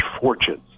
Fortunes